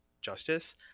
Justice